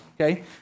okay